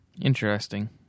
interesting